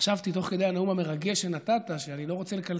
חשבתי תוך כדי הנאום המרגש שנתת שאני לא רוצה לקלקל